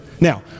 Now